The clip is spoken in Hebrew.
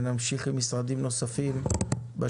היום אנחנו עם משרד הכלכלה ובשבועות הקרובים נמשיך עם משרדים נוספים.